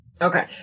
Okay